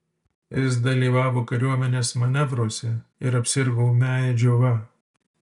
jis dalyvavo kariuomenės manevruose ir apsirgo ūmiąja džiova